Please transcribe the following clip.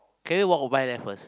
can we walk or buy there first